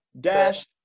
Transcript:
dash